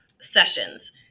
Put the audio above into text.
sessions